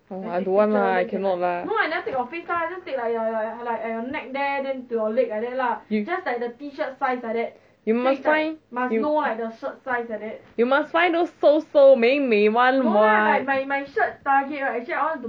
no I don't want lah I cannot lah you you must you must find those 瘦瘦美美 [one] [what]